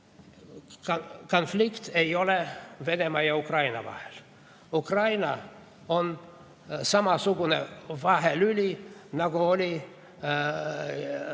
Konflikt ei ole Venemaa ja Ukraina vahel. Ukraina on samasugune vahelüli, nagu oli